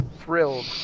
thrilled